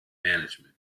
management